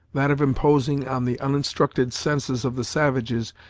that of imposing on the uninstructed senses of the savages,